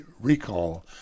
recall